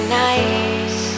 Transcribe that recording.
nice